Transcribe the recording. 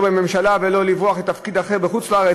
בממשלה ולא לברוח לתפקיד אחר בחוץ-לארץ.